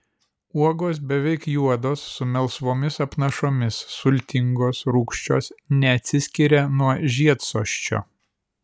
uogos beveik juodos su melsvomis apnašomis sultingos rūgščios neatsiskiria nuo žiedsosčio